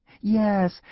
Yes